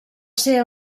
ser